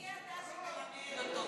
מי אתה שתלמד אותו,